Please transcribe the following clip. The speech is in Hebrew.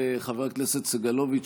חבר הכנסת סגלוביץ',